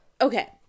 okay